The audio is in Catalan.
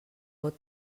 vot